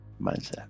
mindset